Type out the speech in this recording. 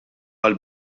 għall